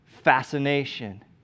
fascination